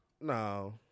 no